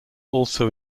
also